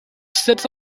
sits